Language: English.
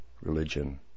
religion